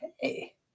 hey